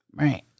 Right